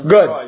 Good